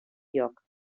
lloc